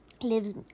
lives